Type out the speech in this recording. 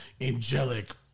angelic